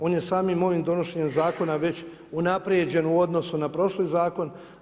On je samim ovim donošenjem zakona već unaprijeđen u odnosu na prošli zakon.